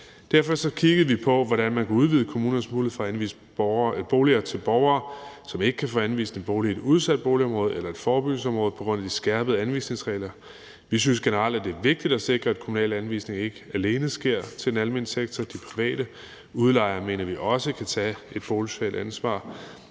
Derfor kiggede vi på, hvordan man kunne udvide kommunernes mulighed for at anvise boliger til borgere, som ikke kan få anvist en bolig i et udsat boligområde eller et forebyggelsesområde på grund af de skærpede anvisningsregler. Vi synes generelt, at det er vigtigt at sikre, at kommunal anvisning ikke alene sker i den almene sektor. De private udlejere mener vi også kan tage et boligsocialt ansvar,